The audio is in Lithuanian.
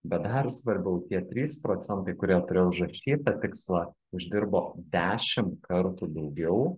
bet dar svarbiau tie trys procentai kurie turėjo užrašytą tikslą uždirbo dešim kartų daugiau